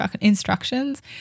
instructions